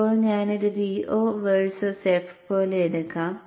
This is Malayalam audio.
ഇപ്പോൾ ഞാൻ ഇത് Vo വേഴ്സസ് f പോലെ എടുക്കാം